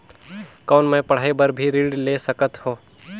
कौन मै पढ़ाई बर भी ऋण ले सकत हो?